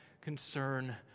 concern